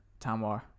Tamwar